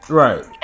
right